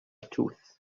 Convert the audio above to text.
tooth